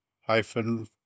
hyphen